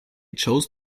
chose